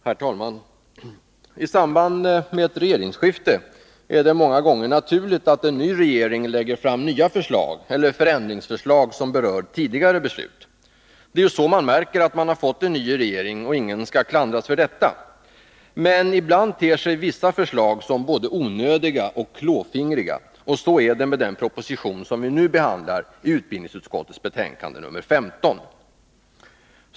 Herr talman! I samband med ett regeringsskifte är det många gånger naturligt att en ny regering lägger fram nya förslag eller förändringsförslag som berör tidigare beslut. Det är ju så man märker att man har fått en ny regering, och ingen skall klandras för detta. Men ibland ter sig vissa förslag som både onödiga och klåfingriga. Så är det med den proposition som vi nu behandlar i utbildningsutskottets betänkande 15.